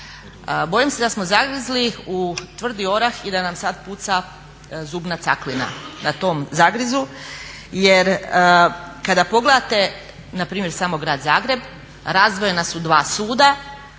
Bojim se da smo zagrizli u tvrdi orah i da nam sad puca zubna caklina tom zagrizu jer kada pogledate npr. samo Grad Zagreb razdvojena su dva suda,